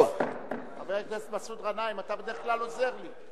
חבר הכנסת מסעוד גנאים, אתה בדרך כלל עוזר לי.